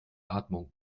atmung